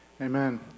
Amen